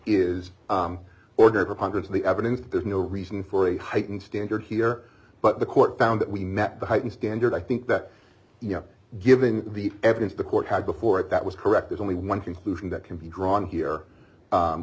is order of congress the evidence there's no reason for a heightened standard here but the court found that we met the heightened standard i think that you know given the evidence the court had before it that was correct there's only one conclusion that can be drawn here